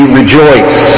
rejoice